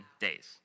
days